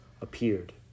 appeared